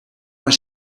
haar